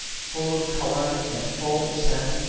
full of colour and full of scent,